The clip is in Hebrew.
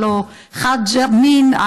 הלוא חאג' אמין,